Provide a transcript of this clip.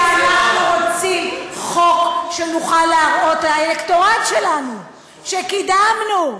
כי אנחנו רוצים חוק שנוכל להראות לאלקטורט שלנו שקידמנו,